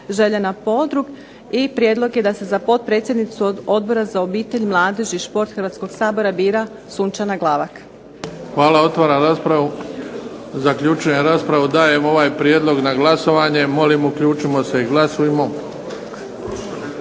Željana Podrug i prijedlog je da se za potpredsjednicu Odbora za obitelj, mladež i šport Hrvatskog Sabora bira Sunčana Glavak. **Bebić, Luka (HDZ)** Hvala. Otvaram raspravu. Zaključujem raspravu. Dajem ovaj prijedlog na glasovanje. Molim uključimo se i glasujmo.